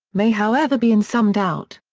may however be in some doubt.